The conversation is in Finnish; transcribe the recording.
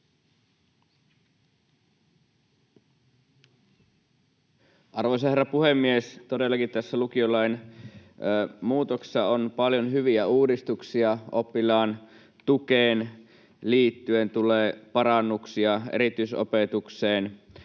Arvoisa herra puhemies! Todellakin tässä lukiolain muutoksessa on paljon hyviä uudistuksia oppilaan tukeen liittyen: Tulee parannuksia erityisopetukseen.